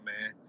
man